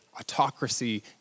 autocracy